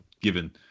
given